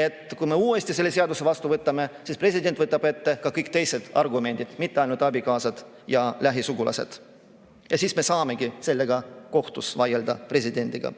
et kui me uuesti selle seaduse vastu võtame, siis president võtab ette ka kõik teised argumendid, mitte ainult abikaasad ja lähisugulased. Ja siis me saamegi selle üle kohtus vaielda, presidendiga.